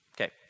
Okay